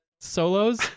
solos